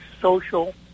social